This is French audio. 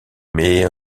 mais